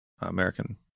American